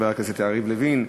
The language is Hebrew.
חבר הכנסת יריב לוין,